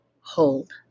hold